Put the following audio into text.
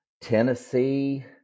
Tennessee